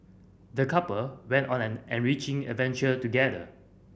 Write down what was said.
the couple went on an enriching adventure together